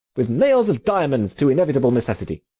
with nails of diamonds to inevitable necessity.